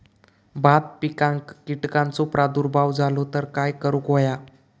भात पिकांक कीटकांचो प्रादुर्भाव झालो तर काय करूक होया?